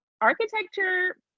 architecture